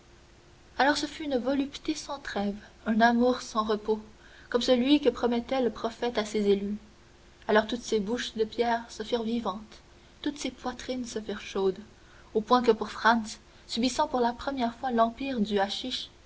alors ce fut une volupté sans trêve un amour sans repos comme celui que promettait le prophète à ses élus alors toutes ces bouches de pierre se firent vivantes toutes ces poitrines se firent chaudes au point que pour franz subissant pour la première fois l'empire du